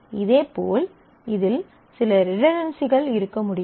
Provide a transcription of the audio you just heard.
இதேபோல் இதில் சில ரிடன்டன்சிகள் இருக்க முடியும்